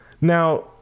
Now